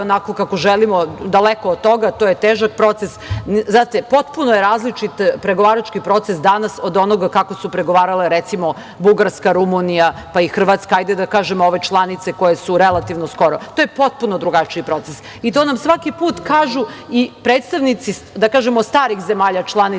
onako kako želimo, daleko od toga, to je težak proces. Znate, potpuno je različit pregovarački proces danas od onoga kako su pregovarale Bugarska, Rumunija, pa i Hrvatska, hajde da kažem ove članice koje su relativno skoro. To je potpuno drugačiji proces. To nam svaki put kažu i predstavnici, da kažem, starih zemalja članica